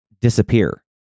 disappear